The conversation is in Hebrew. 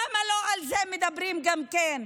למה לא מדברים גם על זה?